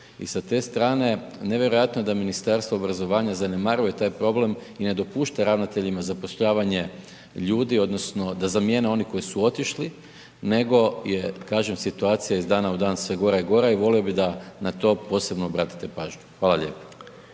i sa te strane, nevjerojatno da Ministarstvo obrazovanja zanemaruje taj problem i ne dopušta ravnateljima zapošljavanje ljudi, odnosno da zamjene oni koji su otišli, nego je kažem, situacija iz dana u dan sve gora i gora i volio bih da na to posebno obratite pažnju. Hvala lijepo.